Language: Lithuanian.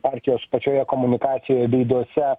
partijos pačioje komunikacijoje veiduose